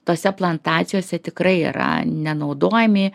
tose plantacijose tikrai yra nenaudojami